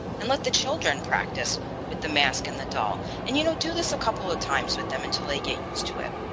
and let the children practice with the mask and the doll and you know do this a couple of times with them until they get used to it.